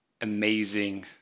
Amazing